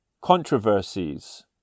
Controversies